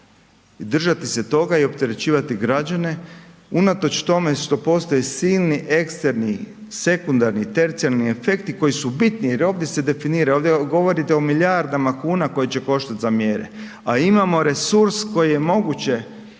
držati se toga i opterećivati građane unatoč tome što postoje silni eksterni sekundarni i tercijarni efekti koji su bitni jer ovdje se definira jer ovdje govorite o milijardama kuna koje će koštat za mjere, a imamo resurs koji je moguće,